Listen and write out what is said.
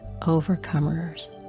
overcomers